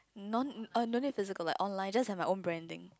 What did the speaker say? non err no need physical like online just have my own branding